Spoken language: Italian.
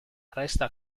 resta